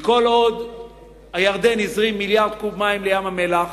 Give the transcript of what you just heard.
כי כל עוד הירדן הזרים מיליארד קוב מים לים-המלח